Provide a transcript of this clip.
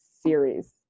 series